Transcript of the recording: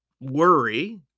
worry